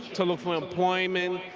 to look for employment,